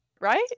Right